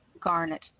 garnet